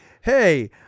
hey